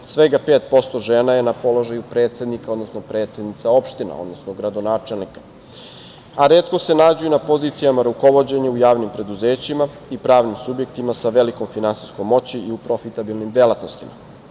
Svega 5% žena je na položaju predsednika, odnosno predsednica opština, odnosno gradonačelnika, a retko se nađu i na pozicijama rukovođenja u javnim preduzećima i pravnim subjektima sa velikom finansijskom moći i u profitabilnim delatnostima.